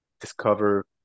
discover